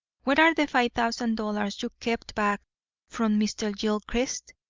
where are the five thousand dollars you kept back from mr. gilchrist?